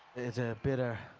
it's a bitter,